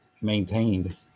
maintained